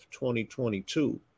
2022